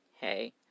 Hey